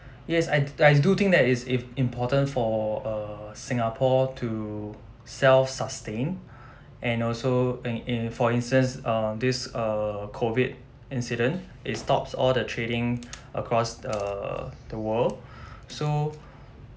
yes I d~ I do think that it is important for err singapore to self-sustain and also and in for instance err this err COVID incident it stops all the trading across err the world so